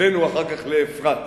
הבאנו אחר כך לאפרת.